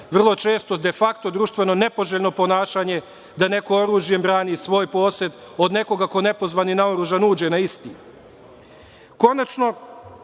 vrlo često de fakto društveno nepoželjno ponašanje da neko oružjem brani svoj posed od nekoga ko nepozvan i naoružan uđe na isti. Konačno,